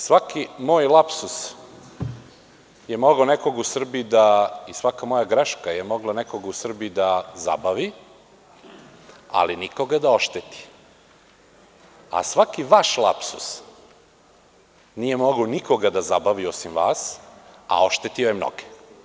Svaki moj lapsus i svaka moja greška je mogla nekog u Srbiji da zabavi, ali nikoga da ošteti, a svaki vaš lapsus, nije mogao nikoga da zabavi osim vas, a oštetio je mnoge.